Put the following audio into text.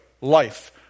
life